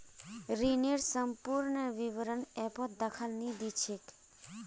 ऋनेर संपूर्ण विवरण ऐपत दखाल नी दी छेक